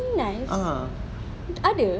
raining knives ada